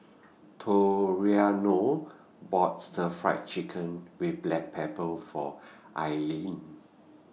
Toriano bought Stir Fried Chicken with Black Pepper For Ailene